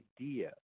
idea